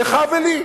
לך ולי.